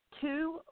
two